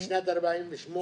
בתחילת שנת 48'?